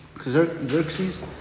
Xerxes